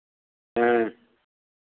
हाँ